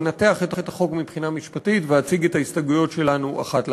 אנתח את החוק מבחינה משפטית ואציג את ההסתייגויות שלנו אחת לאחת.